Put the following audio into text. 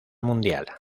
mundial